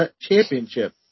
Championship